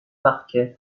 parquet